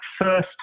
first